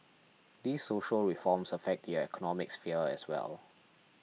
these social reforms affect the economic sphere as well